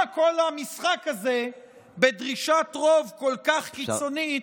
מה כל המשחק הזה בדרישת רוב כל כך קיצונית,